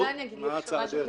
אולי אני אגיד משהו כללי.